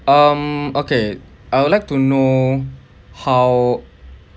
um okay I would like to know how